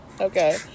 Okay